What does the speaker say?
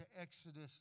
Exodus